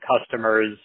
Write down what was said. customers